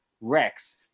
Rex